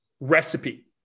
recipe